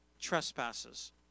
trespasses